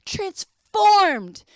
Transformed